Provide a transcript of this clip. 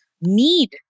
need